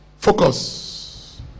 Focus